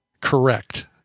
correct